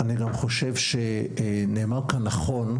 אני חושב שנאמר כאן נכון,